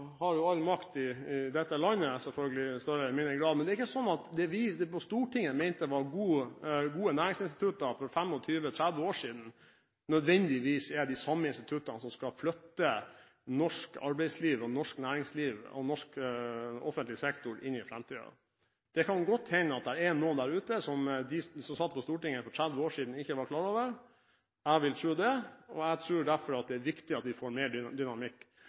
har jo selvfølgelig i større eller mindre grad all makt i dette landet – mente var gode næringsinstitutter for 25–30 år siden, nødvendigvis er de samme som skal flytte norsk arbeidsliv, norsk næringsliv og norsk offentlig sektor inn i framtiden. Det kan godt hende at det er noen der ute som de som satt på Stortinget for 30 år siden, ikke var klar over. Jeg vil tro det, og jeg tror derfor at det er viktig at vi får mer dynamikk.